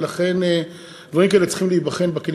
ולכן דברים כאלה צריכים להיבחן בכלים